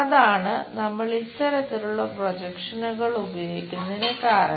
അതാണ് നമ്മൾ ഇത്തരത്തിലുള്ള പ്രൊജക്ഷനുകൾ ഉപയോഗിക്കുന്നതിന് കാരണം